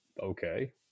okay